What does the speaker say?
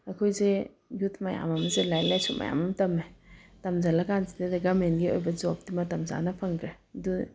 ꯑꯩꯈꯣꯏꯁꯦ ꯌꯨꯠ ꯃꯌꯥꯝ ꯑꯃꯁꯦ ꯂꯥꯏꯔꯤꯛ ꯂꯥꯏꯁꯨ ꯃꯌꯥꯝ ꯑꯃ ꯇꯝꯃꯦ ꯇꯝꯖꯤꯜꯂꯀꯥꯟꯁꯤꯗ ꯒꯃꯦꯟꯒꯤ ꯑꯣꯏꯕ ꯖꯣꯕꯇꯤ ꯃꯇꯝꯆꯥꯅ ꯐꯪꯗ꯭ꯔꯦ ꯑꯗꯨ